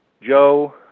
Joe